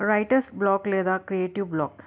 writers block లేదా creative black